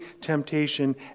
temptation